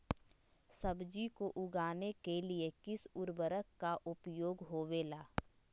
सब्जी को उगाने के लिए किस उर्वरक का उपयोग होबेला?